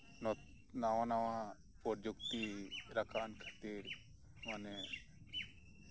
ᱱᱟᱣᱟ ᱱᱟᱣᱟ ᱯᱨᱚᱡᱩᱠᱛᱤ ᱨᱟᱠᱟᱵ ᱮᱱ ᱠᱷᱟᱹᱛᱤᱨ ᱢᱟᱱᱮ